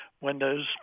Windows